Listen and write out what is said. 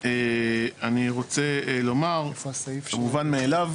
אני רוצה לומר כמובן מאליו,